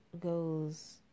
goes